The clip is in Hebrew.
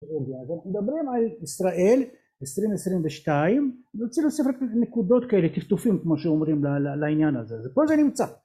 מדברים על ישראל 2022, אני רוצה להוסיף רק נקודות כאלה - טפטופים, כמו שאומרים - לעניין הזה, כל זה נמצא